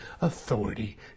authority